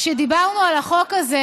כשדיברנו על החוק הזה,